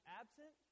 absent